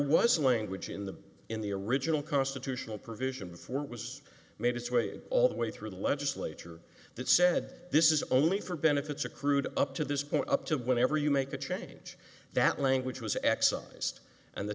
was language in the in the original constitutional provision before it was made its way all the way through the legislature that said this is only for benefits accrued up to this point up to whenever you make a change that language was excised and the